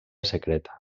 secreta